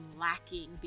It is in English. lacking